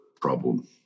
problem